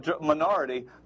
minority